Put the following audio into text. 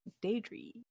Daydream